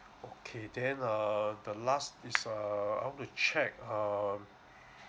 okay then err the last it's uh I want to check err